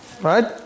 Right